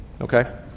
okay